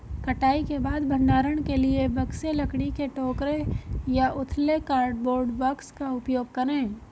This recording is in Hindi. कटाई के बाद भंडारण के लिए बक्से, लकड़ी के टोकरे या उथले कार्डबोर्ड बॉक्स का उपयोग करे